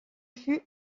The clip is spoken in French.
fut